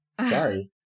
sorry